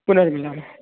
पुनर्मिलामः